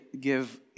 give